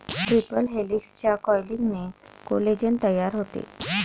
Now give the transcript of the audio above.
triple हेलिक्सच्या कॉइलिंगने collagen तयार होते